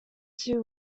two